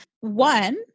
One